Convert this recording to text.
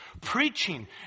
preaching